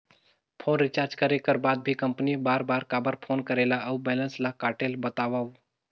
Phone recharge करे कर बाद भी कंपनी बार बार काबर फोन करेला और बैलेंस ल काटेल बतावव?